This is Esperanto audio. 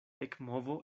ekmovo